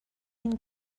and